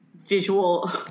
visual